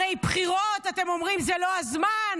הרי על בחירות אתם אומרים שזה לא הזמן,